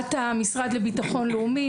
בהובלת המשרד לביטחון לאומי,